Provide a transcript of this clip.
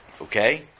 okay